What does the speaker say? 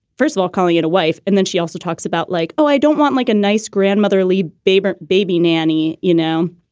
first of all, calling it a wife. and then she also talks about like, oh, i don't want like a nice grandmotherly baby, baby nanny you know,